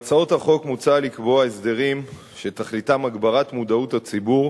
בהצעות החוק מוצע לקבוע הסדרים שתכליתם הגברת מודעות הציבור